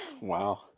Wow